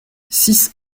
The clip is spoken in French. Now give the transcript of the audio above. six